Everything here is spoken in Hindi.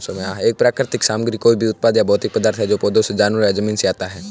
एक प्राकृतिक सामग्री कोई भी उत्पाद या भौतिक पदार्थ है जो पौधों, जानवरों या जमीन से आता है